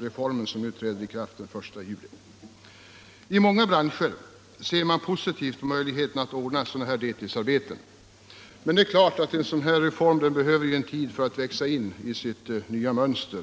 reformen. I många branscher ser man positivt på möjligheten att ordna deltidsarbeten. Men reformen behöver naturligtvis en tid för att växa in i sitt mönster.